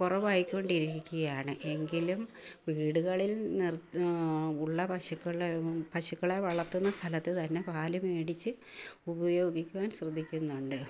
കുറവായിക്കൊണ്ടിരിക്കുകയാണ് എങ്കിലും വീടുകളിൽ നിർ ഉള്ള പശുക്കളെ പശുക്കളെ വളർത്തുന്ന സ്ഥലത്തു തന്നെ പാലു മേടിച്ച് ഉപയോഗിക്കുവാൻ ശ്രദ്ധിക്കുന്നുണ്ട്